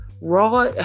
Raw